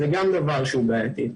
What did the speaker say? זה גם דבר בעייתי.